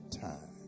time